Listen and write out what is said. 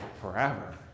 forever